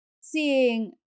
seeing